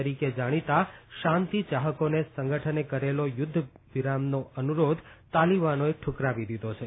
તરીકે જાણીતા શાંતિ યાહકોને સંગઠને કરેલો યુદ્ધ વિરામનો અનુરોધ તાલિબાનોએ ઠુકરાવી દીધો છે